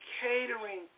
catering